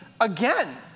again